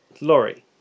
laurie